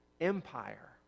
empire